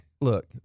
look